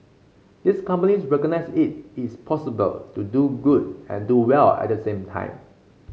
these companies recognise it is possible to do good and do well at the same time